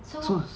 so